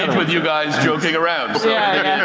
and with you guys joking around. yeah